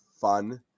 fun